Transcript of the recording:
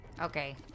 Okay